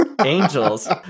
Angels